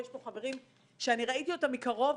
ויש פה חברים שאני ראיתי אותם מקרוב,